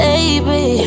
Baby